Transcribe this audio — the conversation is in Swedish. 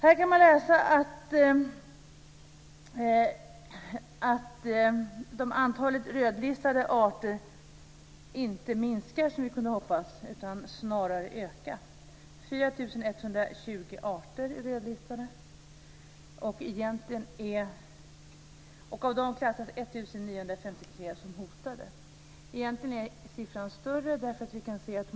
Här kan man läsa att antalet rödlistade arter inte minskar som vi kunde hoppas utan snarare ökar. 4 120 arter är rödlistade. Av dem klassas 1 953 som hotade. Egentligen är siffran större.